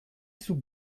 sous